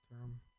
term